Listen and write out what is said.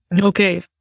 Okay